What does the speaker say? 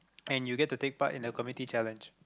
and you get to take part in the community challenge